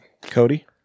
Cody